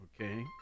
Okay